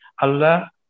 Allah